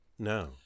No